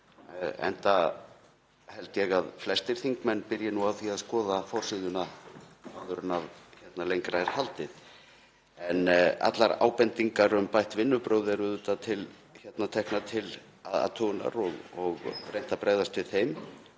enda held ég að flestir þingmenn byrji nú á því að skoða forsíðuna áður en lengra er haldið. En allar ábendingar um bætt vinnubrögð eru auðvitað teknar til athugunar og reynt að bregðast við þeim.